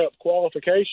qualification